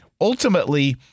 ultimately